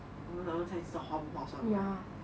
like 我们吃了才知道划不划算 right